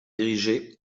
dirigé